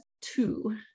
two